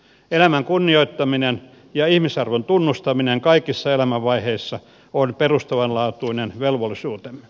elämän kunnioittaminen ja ihmisarvon tunnustaminen kaikissa elämänvaiheissa on perustavanlaatuinen velvollisuutemme